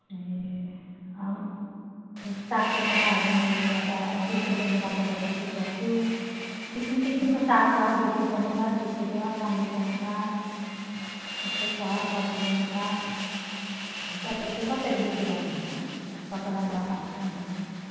ए अब सागको मुठा अब मैले यहाँ त बिस रुपियाँ मुठा गरेर बिक्री गर्छु किसिम किसिमको साग छ बिस रुपियाँ मुठा तिस रुपियाँ पन्ध्र रुपियाँ मुठा त्यस्तै छ दस रुपियाँ मुठा तपाईँले चाहिँ कसरी बिक्री गर्नुहुन्छ तपाईँलाई नाफा हुन्छ हुँदैन